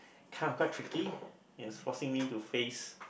kind of quite tricky forcing me to face